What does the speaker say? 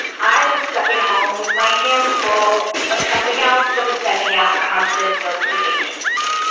i was stuck at home with my hands full of something else that was sending out constant notifications